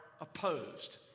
opposed